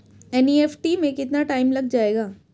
NEFT में कितना time लग जाएगा?